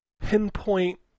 pinpoint